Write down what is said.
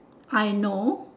I know